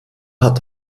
hat